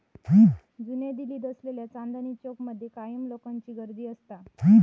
जुन्या दिल्लीत असलेल्या चांदनी चौक मध्ये कायम लिकांची गर्दी असता